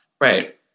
Right